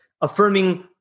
affirming